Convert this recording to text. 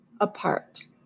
apart